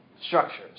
structures